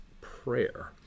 prayer